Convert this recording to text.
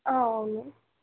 అవును